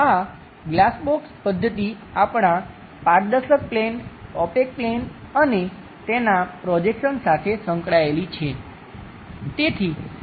આ glass box પદ્ધતિ આપણા પારદર્શક પ્લેન ઓપેક પ્લેન અને તેના પ્રોજેક્શન સાથે સંકળાયેલી છે